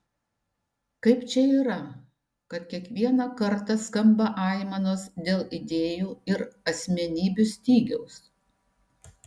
kaip čia yra kad kiekvieną kartą skamba aimanos dėl idėjų ir asmenybių stygiaus